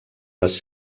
les